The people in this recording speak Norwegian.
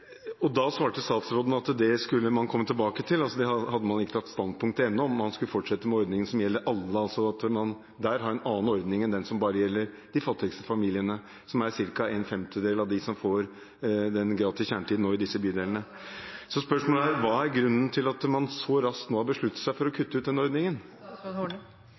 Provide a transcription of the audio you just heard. Da svarte statsråden at det skulle man komme tilbake til. Man hadde ennå ikke tatt standpunkt til om man skulle fortsette med ordningen som gjelder alle – altså at man der har en annen ordning enn den som bare gjelder de fattigste familiene, som er ca. en femtedel av dem som nå får gratis kjernetid i disse bydelene. Spørsmålet er: Hva er grunnen til at man så raskt har besluttet å kutte ut denne ordningen?